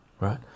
Right